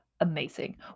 amazing